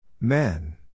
men